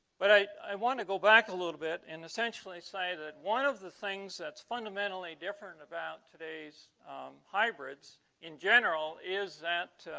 but i i want to go back a little bit and essentially say that one of the things that's fundamentally different about today's hybrids in general is that?